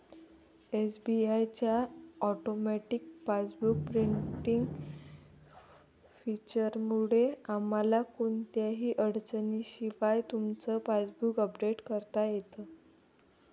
SBI च्या automatic passbook printing फीचरमुळे तुम्हाला कोणत्याही अडचणीशिवाय तुमचं पासबुक अपडेट करता येतं